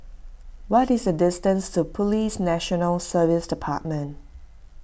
what is the distance to Police National Service Department